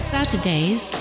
Saturdays